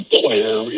player